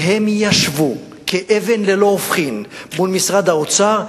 והם ישבו כאבן ללא הופכין מול משרד האוצר,